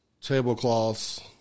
tablecloths